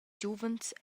giuvens